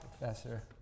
professor